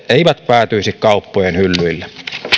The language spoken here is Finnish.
eivät päätyisi kauppojen hyllyille